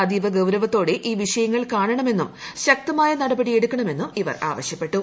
അതീവ ഗൌരവത്തോടെ ഈ വിഷയങ്ങൾ കാണണമെന്നും ശക്തമായ നടപടിയെടുക്കണമെന്നും ഇവർ ആവശ്യപ്പെട്ടു